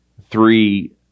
three